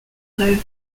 rêves